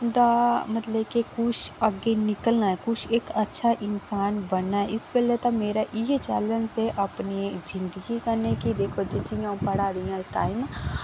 दा मतलब कि कुछ अग्गै निकलना ऐ कुछ इक अच्छा इंसान बन ना ऐ इस वेल्लै ते मेरा इयै चैलेंज ऐ अपने जिंदगी कन्नै कि दिक्खो जी जियां अ'ऊं पढ़ा नि ऐ इस टाइम